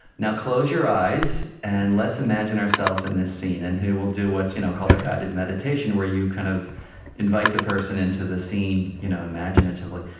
now close your eyes, and let's imagine ourselves in this scene. and he will do what's you know called a guided meditation, where you kind of invite the person into the scene you know imaginatively.